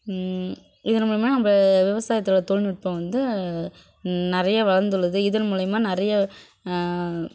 இதன் மூலிமா நம்ம விவசாயத்தில் தொழில்நுட்பம் வந்து நிறைய வளர்ந்துள்ளது இதன் மூலிமா நிறையா